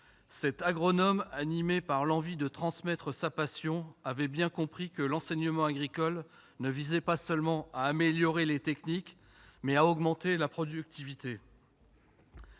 agricole. Animé par l'envie de transmettre sa passion, cet agronome avait bien compris que l'enseignement agricole ne visait pas seulement à améliorer les techniques et à augmenter la productivité